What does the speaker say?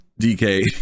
DK